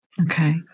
Okay